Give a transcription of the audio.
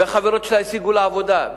והחברות שלה השיגו לה עבודה,